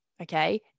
okay